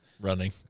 running